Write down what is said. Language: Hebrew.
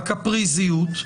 הקפריזיות.